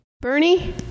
Bernie